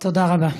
תודה רבה.